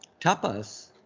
tapas